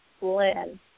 Lynn